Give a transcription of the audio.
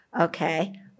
Okay